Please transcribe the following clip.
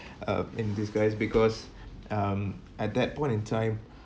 uh in disguise because um at that point in time